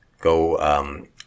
go